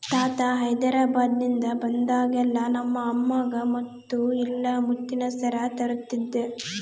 ತಾತ ಹೈದೆರಾಬಾದ್ನಿಂದ ಬಂದಾಗೆಲ್ಲ ನಮ್ಮ ಅಮ್ಮಗ ಮುತ್ತು ಇಲ್ಲ ಮುತ್ತಿನ ಸರ ತರುತ್ತಿದ್ದ